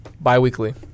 bi-weekly